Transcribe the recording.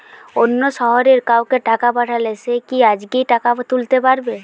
অন্য শহরের কাউকে টাকা পাঠালে সে কি আজকেই টাকা তুলতে পারবে?